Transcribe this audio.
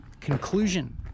conclusion